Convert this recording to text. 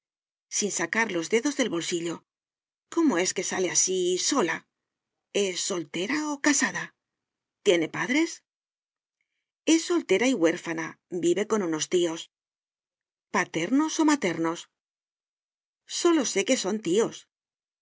sin sacar los dedos del bolsillo cómo es que sale así sola es soltera o casada tiene padres es soltera y huérfana vive con unos tíos paternos o maternos sólo sé que son tíos